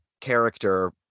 character